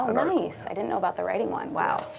ah nice. i didn't know about the writing one. wow,